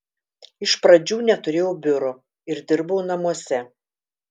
iš pradžių neturėjau biuro ir dirbau namuose